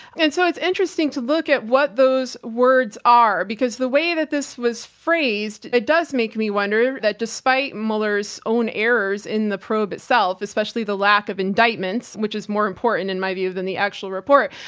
and so it's interesting to look at what those words are because the way that this was phrased, it does make me wonder that despite mueller's own errors in the probe itself, especially the lack of indictments, which is more important in my view than the actual report,